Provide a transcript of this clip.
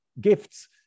gifts